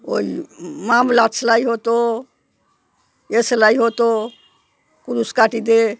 ওই মাফলার সেলাই হতো ইয়ে সেলাই হতো কুরুশ কাঠি দিয়ে